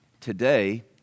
Today